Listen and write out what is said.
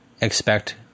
expect